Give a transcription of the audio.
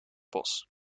bos